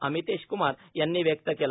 अमितेश क्मार यांनी व्यक्त केला